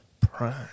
Prime